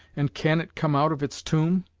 and can it come out of its tomb?